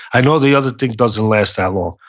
i know the other thing doesn't last that long.